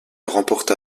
remporta